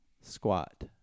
Squat